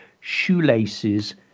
shoelaces